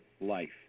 life